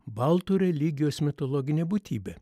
baltų religijos mitologinė būtybė